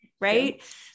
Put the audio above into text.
right